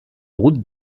route